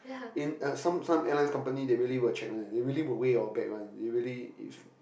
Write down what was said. in uh some some airlines company they really will check one they really will weigh your bag one they really if